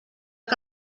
que